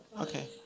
Okay